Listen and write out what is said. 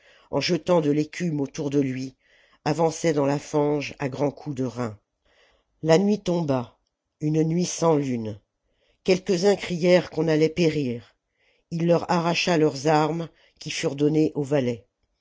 en jetant de l'écume autour de lui avançait dans la fange à grands coups de reins la nuit tomba une nuit sans lune quelquesuns crièrent qu'on allait périr il leur arracha leurs armes qui furent données aux valets